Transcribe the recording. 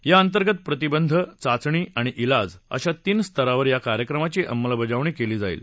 या अंतर्गत प्रतिबंध चाचणी आणि इलाज अशा तीन स्तरावर या कार्यक्रमाची अंमलबजावणी केली जाते